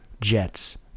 Jets